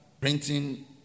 printing